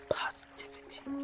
positivity